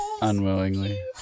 Unwillingly